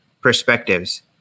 perspectives